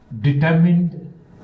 Determined